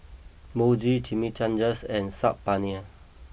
Mochi Chimichangas and Saag Paneer